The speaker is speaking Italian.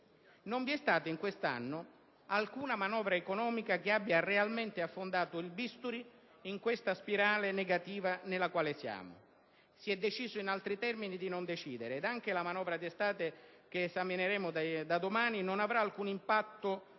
Non vi è stata in quest'anno alcuna manovra economica che abbia realmente affondato il bisturi nella spirale negativa nella quale ci troviamo. Si è deciso in altri termini di non decidere. E anche la manovra d'estate che esamineremo da domani non avrà alcun impatto